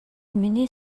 миний